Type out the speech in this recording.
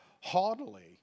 haughtily